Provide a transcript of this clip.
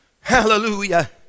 Hallelujah